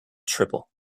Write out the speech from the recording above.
triple